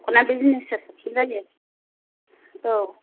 दख'ना बिजिनेसआ साबसिन जायो औ